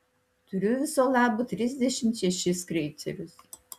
turiu viso labo trisdešimt šešis kreicerius